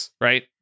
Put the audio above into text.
Right